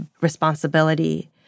responsibility